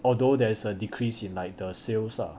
although there is a decrease in like the sales lah